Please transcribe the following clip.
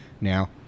now